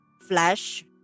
flash